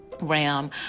ram